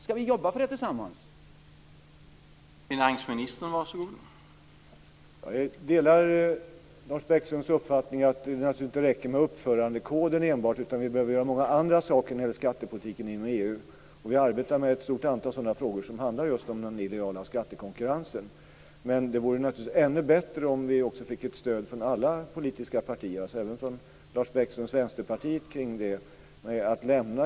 Skall vi jobba tillsammans för det?